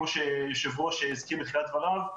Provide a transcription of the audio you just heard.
כמו שהיושב ראש הזכיר בתחילת דבריו,